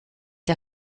der